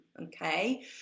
Okay